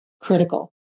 critical